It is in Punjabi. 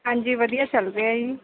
ਹਾਂਜੀ ਵਧੀਆ ਚੱਲ ਰਿਹਾ ਜੀ